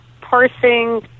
parsing